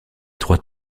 trois